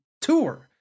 tour